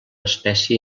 espècie